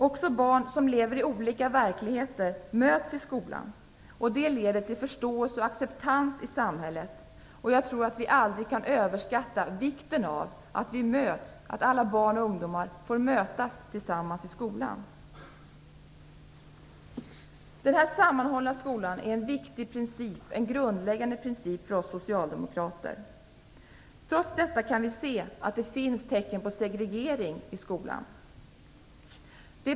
Också barn som lever i olika verkligheter möts i skolan. Det leder till förståelse och acceptans i samhället. Jag tror att vi aldrig kan överskatta vikten av att alla barn och ungdomar får mötas i skolan. Denna sammanhållna skola är en viktig princip, en grundläggande princip, för oss socialdemokrater. Trots detta kan vi se att det finns tecken på segregering i skolan.